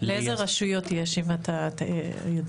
לאילו רשויות יש, אם אתה יודע?